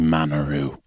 Manaroo